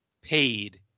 paid